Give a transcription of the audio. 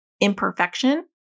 imperfection